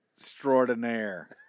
extraordinaire